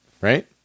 Right